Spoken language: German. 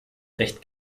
recht